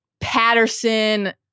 Patterson